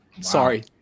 sorry